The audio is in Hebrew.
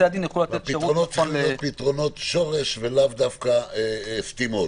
הפתרונות צריכים להיות פתרונות שורש ולאו דווקא סתימות.